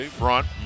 front